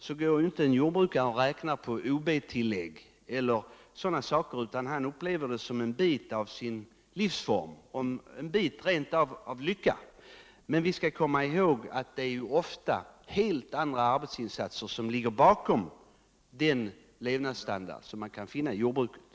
gär därför inte och räknar med att få ob-tillägg utan han upplever en sådan insats som en del av sin livsform, ja. rent av som en lycka. Men vi får för den skull inte glömma att det ligger alldeles speciella arbetsinsatser bakom den levnadsstandard som man kan finna inom jordbruket.